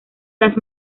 las